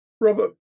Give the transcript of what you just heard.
Robert